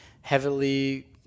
heavily